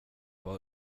bara